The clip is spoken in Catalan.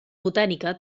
botànica